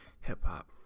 hip-hop